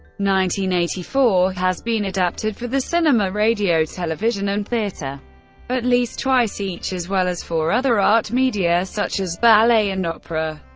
nineteen eighty-four has been adapted for the cinema, radio, television and theatre at least twice each, as well as for other art media, such as ballet and opera.